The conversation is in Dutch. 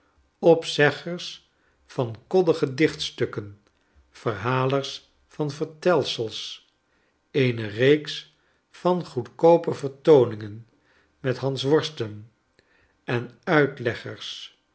guitaren opzeggers van koddige dichtstukken verhalers van vertelsels eene reeks van goedkoope vertooningen met hansworsten en uitleggers